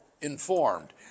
informed